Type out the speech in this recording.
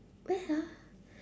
where ah